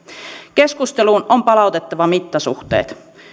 keskusteluun on palautettava mittasuhteet